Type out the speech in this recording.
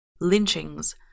Lynchings